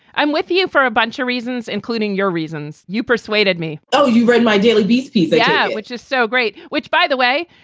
i'm with you for a bunch of reasons, including your reasons you persuaded me. oh, you read my daily beast piece that yeah which is so great. which by the way,